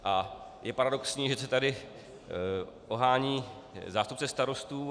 A je paradoxní, že se tady ohání zástupce starostů.